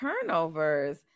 turnovers